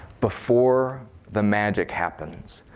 before the magic happens,